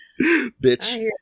bitch